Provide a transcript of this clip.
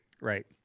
Right